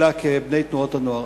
אלא כבני תנועות הנוער.